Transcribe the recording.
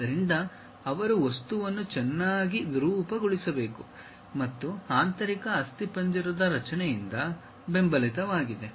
ಆದ್ದರಿಂದ ಅವರು ವಸ್ತುವನ್ನು ಚೆನ್ನಾಗಿ ವಿರೂಪಗೊಳಿಸಬೇಕು ಮತ್ತು ಆಂತರಿಕ ಅಸ್ಥಿಪಂಜರದ ರಚನೆಯಿಂದ ಬೆಂಬಲಿತವಾಗಿದೆ